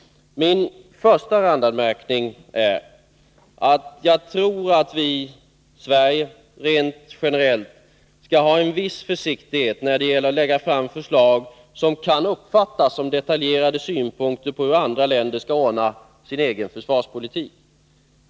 Min första randanmärkning är att jag tror att vi i Sverige rent generellt skall iaktta en viss försiktighet när det gäller att lägga fram förslag som kan uppfattas som detaljerade synpunkter på hur andra länder skall ordna sin egen försvarspolitik.